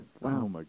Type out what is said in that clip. Wow